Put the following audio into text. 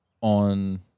on